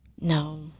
No